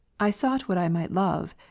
i sought what i might love,